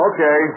Okay